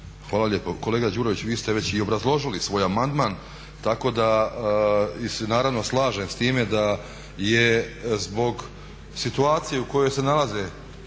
Hvala lijepo. Kolega Đurović, vi ste već i obrazložili i svoj amandman tako da se naravno slažem s time da je zbog situacije u kojoj se nalaze